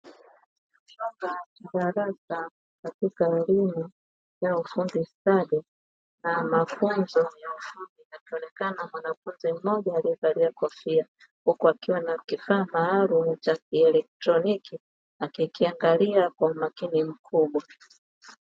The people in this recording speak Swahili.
Chumba cha darasa katika elimu ya ufundi stadi na mafunzo ya ufundi, akionekana mwanafunzi mmoja aliyevalia kofia huku akiwa na kifaa maalumu cha kielektroniki akikiangalia kwa umakini mkubwa.